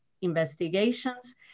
investigations